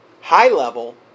high-level